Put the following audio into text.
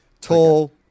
Tall